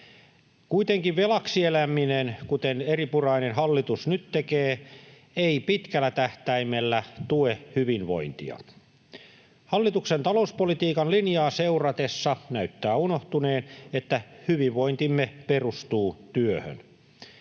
Kuitenkin velaksi eläminen, kuten eripurainen hallitus nyt tekee, ei pitkällä tähtäimellä tue hyvinvointia. Hallituksen talouspolitiikan linjaa seuratessa näyttää unohtuneen, että hyvinvointimme perustuu työhön.